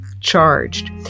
charged